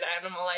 animal